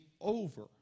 over